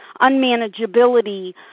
unmanageability